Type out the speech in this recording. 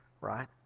right